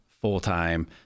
full-time